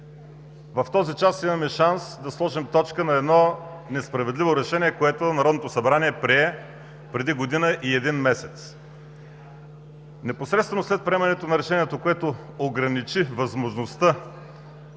В този час имаме шанс да сложим точка на несправедливо решение, което Народното събрание прие преди година и един месец. Непосредствено след приемането на решението, което ограничи възможността